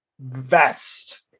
Vest